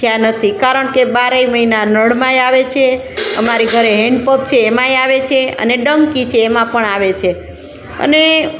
થયાં નથી કારણ કે બારેય મહિના નળમાં એ આવે છે અમારી ઘરે હેન્ડ પંપ છે એમાં એ આવે છે અને ડંકી છે એમાં પણ આવે છે અને